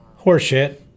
Horseshit